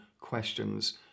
questions